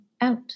out